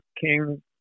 king